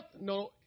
No